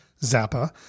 Zappa